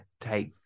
take